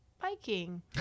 biking